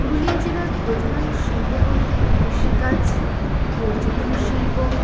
পুরুলিয়া জেলার প্রধান শিল্প বলতে কৃষিকাজ পর্যটন শিল্প